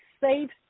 safe